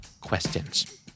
questions